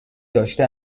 داشته